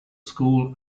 school